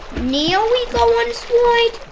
now we go on slide?